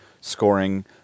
scoring